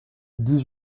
dix